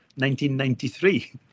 1993